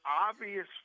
obvious